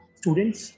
students